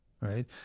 right